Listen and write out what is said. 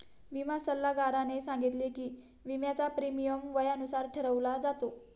विमा सल्लागाराने सांगितले की, विम्याचा प्रीमियम वयानुसार ठरवला जातो